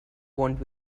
want